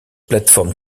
plateforme